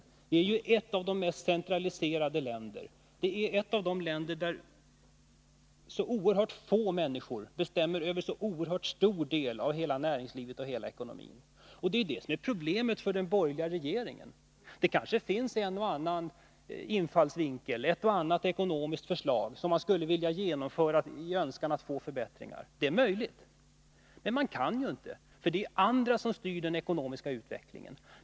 Sverige är ju ett av de mest centraliserade länderna i världen, ett av de länder där ytterst få människor bestämmer över en oerhört stor del av hela näringslivet och hela ekonomin. Det är det som är problemet för den borgerliga regeringen. Det kanske finns en och annan infallsvinkel och ett och annat ekonomiskt förslag som de borgerliga skulle vilja genomföra i sin önskan att få förbättringar. Det är möjligt. Men man kan inte göra det, därför att det är andra som styr den ekonomiska utvecklingen.